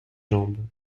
jambes